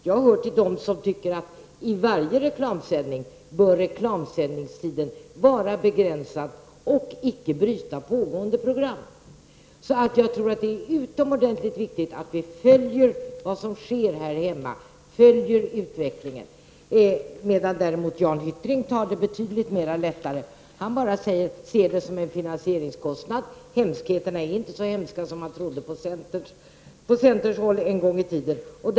Jag tillhör dem som anser att reklamsändningstiden bör vara begränsad och icke bryta pågående program. Jag tror att det är utomordentligt viktigt att vi följer utvecklingen här hemma. Jan Hyttring tar det hela betydligt lättare. Han ser detta enbart som en finansieringskostnad. Hemskheterna är inte så hemska som man från centerns håll en gång i tiden trodde.